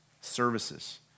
services